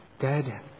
dead